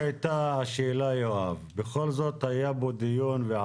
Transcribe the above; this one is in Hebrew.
מה, אנחנו שלטון קומוניסטי?